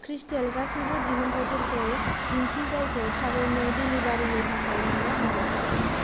खृष्टेल गासैबो दिहुनथायफोरखौ दिन्थि जायखौ थाबैनो दिलिबारिनि थाखाय मोन्नो हागोन